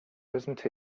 doesn’t